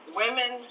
women